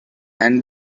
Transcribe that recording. and